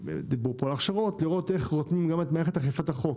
אפרופו הכשרות צריך לראות איך רותמים גם את מערכת אכיפת החוק